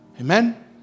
Amen